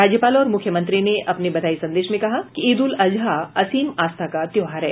राज्यपाल और मुख्यमंत्री ने अपने बधाई संदेश में कहा कि ईद उल अजहा असीम आस्था का त्योहार है